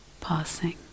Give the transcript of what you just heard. passing